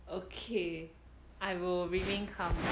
okay I will remain calm